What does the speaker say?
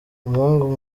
umuhungu